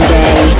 day